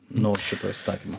nuo šito įstatymo